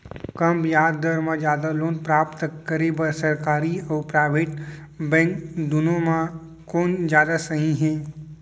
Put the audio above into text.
कम ब्याज दर मा जादा लोन प्राप्त करे बर, सरकारी अऊ प्राइवेट बैंक दुनो मा कोन जादा सही हे?